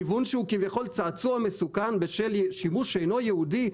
כיוון שהוא כביכול צעצוע מסוכן בשל שימוש שאינו ייעודי,